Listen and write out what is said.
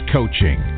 Coaching